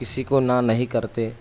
کسی کو نہ نہیں کرتے